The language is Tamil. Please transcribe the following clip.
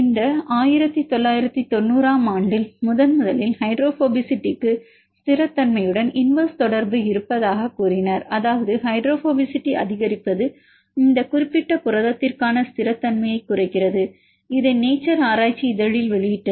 இந்த 1990 ஆம் ஆண்டில் முதன்முதலில் ஹைட்ரோபோபசிட்டிக்கு ஸ்திரத்தன்மையுடன் இன்வெர்ஸ் தொடர்பு இருப்பதாகக் கூறினர் அதாவது ஹைட்ரோபோபசிட்டி அதிகரிப்பது இந்த குறிப்பிட்ட புரதத்திற்கான ஸ்திரத்தன்மையைக் குறைக்கிறது இதை நேச்சர் ஆராய்ச்சி இதழில் வெளியிட்டனர்